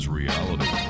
reality